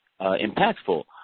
impactful